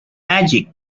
magic